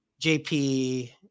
JP